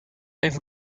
even